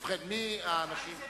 ובכן, מי האנשים?